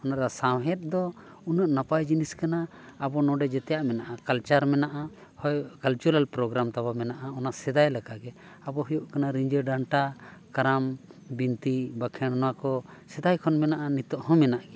ᱚᱱᱟ ᱥᱟᱶᱦᱮᱫ ᱫᱚ ᱩᱱᱟᱹᱜ ᱱᱟᱯᱟᱭ ᱡᱤᱱᱤᱥ ᱠᱟᱱᱟ ᱟᱵᱚ ᱱᱚᱰᱮ ᱡᱮᱛᱮᱭᱟᱜ ᱢᱮᱱᱟᱜᱼᱟ ᱠᱟᱞᱪᱟᱨ ᱢᱮᱱᱟᱜᱼᱟ ᱦᱳᱭ ᱠᱟᱞᱪᱟᱨᱟᱞ ᱯᱨᱳᱜᱨᱟᱢ ᱛᱟᱵᱚᱱ ᱢᱮᱱᱟᱜᱼᱟ ᱚᱱᱟ ᱥᱮᱫᱟᱭ ᱞᱮᱠᱟᱜᱮ ᱟᱵᱚ ᱦᱩᱭᱩᱜ ᱠᱟᱱᱟ ᱨᱤᱸᱡᱷᱟᱹ ᱰᱟᱱᱴᱟ ᱠᱟᱨᱟᱢ ᱵᱤᱱᱛᱤ ᱵᱟᱠᱷᱮᱲ ᱚᱱᱟ ᱠᱚ ᱥᱮᱫᱟᱭ ᱠᱷᱚᱱ ᱢᱮᱱᱟᱜᱼᱟ ᱱᱤᱛᱚᱜ ᱦᱚᱸ ᱢᱮᱱᱟᱜ ᱜᱮᱭᱟ